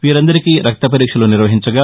వీరందరికి రక్త పరీక్షలు నిర్వహించగా